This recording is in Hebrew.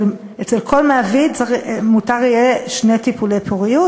אצל כל מעביד מותר יהיה לעבור שני טיפולי פוריות,